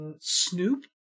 Snoop